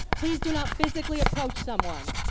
please do not physically approach someone.